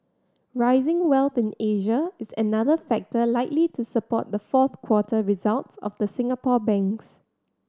rising wealth in Asia is another factor likely to support the fourth quarter results of the Singapore banks